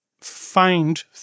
find